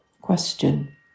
question